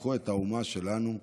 שהפכו את האומה שלנו לגדולה.